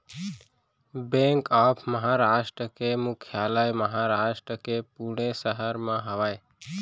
bank of Maharashtra के मुख्यालय महारास्ट के पुने सहर म हवय